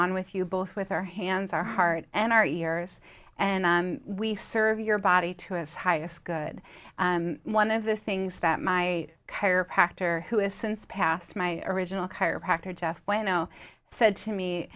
on with you both with our hands our heart and our years and we serve your body to its highest good and one of the things that my chiropractor who has since passed my original chiropractor jeff you know said to me